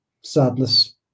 sadness